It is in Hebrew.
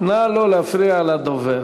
נא לא להפריע לדובר.